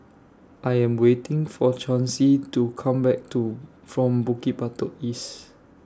I Am waiting For Chauncy to Come Back to from Bukit Batok East